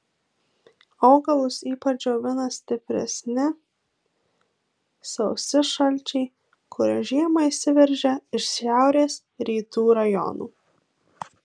augalus ypač džiovina stipresni sausi šalčiai kurie žiemą įsiveržia iš šiaurės rytų rajonų